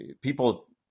people